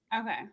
Okay